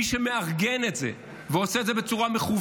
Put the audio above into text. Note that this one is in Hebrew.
מי שמארגן את זה ועושה את זה בצורה מכוונת,